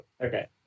Okay